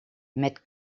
met